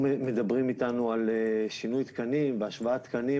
אני רוצה לחזור לשאלה בעניין העלויות והמחירים.